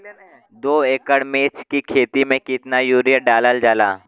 दो एकड़ मिर्च की खेती में कितना यूरिया डालल जाला?